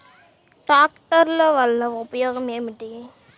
ట్రాక్టర్ల వల్ల ఉపయోగం ఏమిటీ?